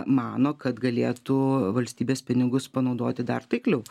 mano kad galėtų valstybės pinigus panaudoti dar taikliau